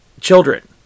children